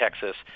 Texas